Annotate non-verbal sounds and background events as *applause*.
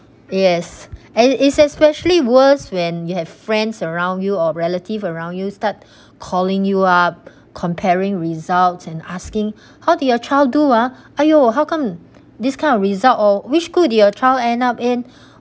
yes and it's especially worse when you have friends around you or relative around you start *breath* calling you up comparing results and asking how did your child do ah !aiyo! how come this kind of result oh which school did your child end up in